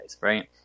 right